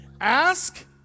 Ask